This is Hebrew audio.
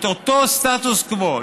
את אותו סטטוס קוו,